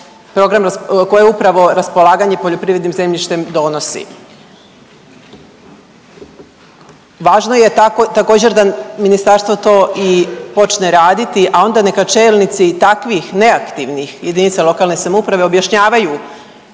program koji upravo raspolaganje poljoprivrednim zemljištem donosi. Važno je također, da Ministarstvo to i počne raditi, a onda neka čelnici takvih neaktivnih jedinica lokalne samouprave objašnjavaju